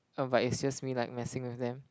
oh but it's just me like messing with them